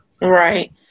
Right